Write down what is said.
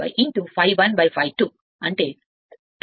Therefore from equatio 1 2 3 4